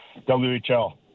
WHL